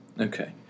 Okay